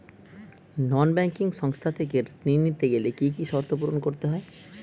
নন banking সংস্থা থেকে ঋণ নিতে গেলে কি কি শর্ত পূরণ করতে হয়?